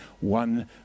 one